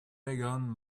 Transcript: wagon